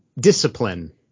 discipline